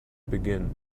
begin